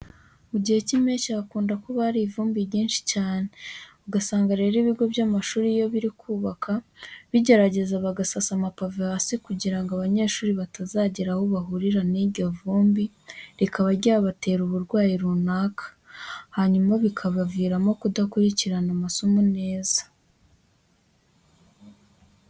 Mu gihe cy'Impeshyi hakunda kuba hari ivumbi ryinshi cyane, ugasanga rero ibigo by'amashuri iyo biri kubaka biragerageza bagasasa amapave hasi kugira ngo abanyeshuri batazagira aho bahurira n'iryo vumbi rikaba ryabatera uburwayi runaka, hanyuma bikabaviramo kudakurikirana amasomo neza.